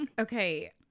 Okay